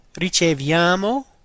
riceviamo